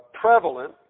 prevalent